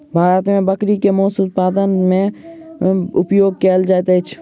भारत मे बकरी के मौस उत्पादन मे उपयोग कयल जाइत अछि